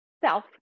self